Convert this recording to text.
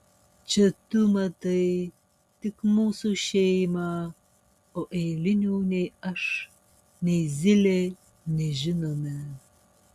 čia tu matai tik mūsų šeimą o eilinių nei aš nei zylė nežinome